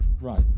Right